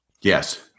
yes